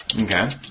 Okay